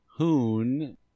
Hoon